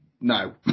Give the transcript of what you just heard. no